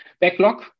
backlog